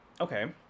okay